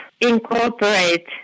incorporate